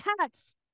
cats